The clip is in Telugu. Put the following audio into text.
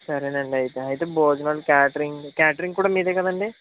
సరే అండి అయితే అయితే భోజనాలు క్యాటరింగ్ క్యాటరింగ్ కూడా మీదే కదండి